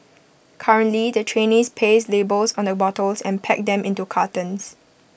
currently the trainees paste labels on the bottles and pack them into cartons